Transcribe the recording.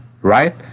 right